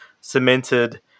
cemented